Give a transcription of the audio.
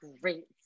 great